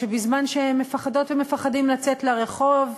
שבזמן שהם מפחדות ומפחדים לצאת לרחוב,